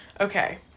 Okay